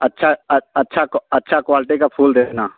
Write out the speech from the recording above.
अच्छा अच्छा अच्छा क्वाल्टी का फूल देना